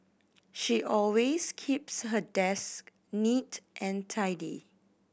she always keeps her desk neat and tidy